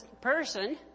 person